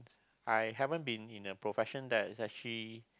I haven't been in a profession that is actually